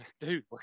dude